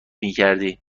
میکردی